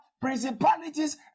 principalities